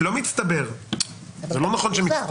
זה לא נכון שזה מצטבר.